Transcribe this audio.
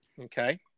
Okay